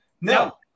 No